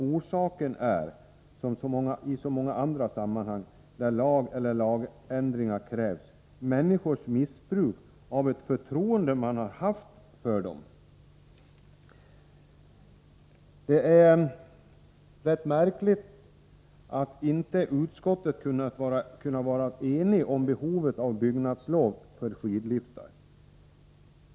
Orsaken är, som i så många andra sammanhang där lag eller lagändringar krävs, människors missbruk av ett förtroende som man har haft för dem. Det är rätt märkligt att utskottet inte kunnat bli enigt om behovet av byggnadslov för skidliftar.